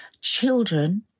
children